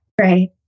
right